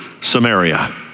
Samaria